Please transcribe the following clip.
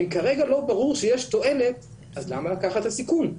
אם כרגע לא ברור שיש תועלת אז למה לקחת את הסיכון?